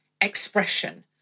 expression